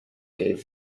gave